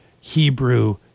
Hebrew